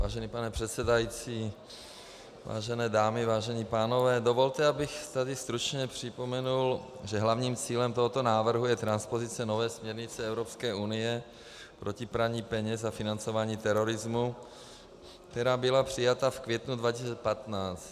Vážený pane předsedající, vážené dámy, vážení pánové, dovolte, abych tady stručně připomenul, že hlavním cílem tohoto návrhu je transpozice nové směrnice Evropské unie proti praní peněz a financování terorismu, která byla přijata v květnu 2015.